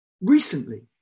Recently